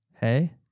Hey